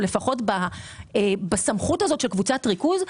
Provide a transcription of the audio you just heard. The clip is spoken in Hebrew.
או לפחות בסמכות של קבוצת ריכוז,